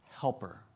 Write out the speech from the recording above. helper